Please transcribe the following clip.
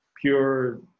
pure